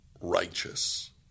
righteous